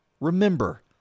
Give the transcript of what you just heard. remember